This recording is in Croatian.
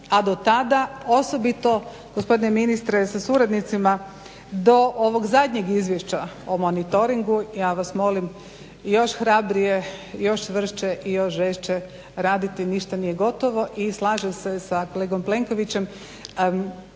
a do tada osobito gospodine ministre sa suradnicima do ovog zadnjeg izvješća o monitoringu, ja vas molim još hrabrije, još čvršće i još žešće raditi. Ništa nije gotovo i slažem se sa kolegom Plenkovićem,